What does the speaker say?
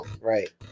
right